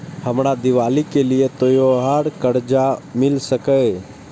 हमरा दिवाली के लिये त्योहार कर्जा मिल सकय?